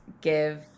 give